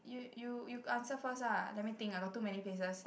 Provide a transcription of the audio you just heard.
you you you answer first lah let me think about too many places